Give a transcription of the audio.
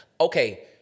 Okay